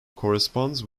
corresponds